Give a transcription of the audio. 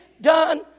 done